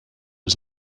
was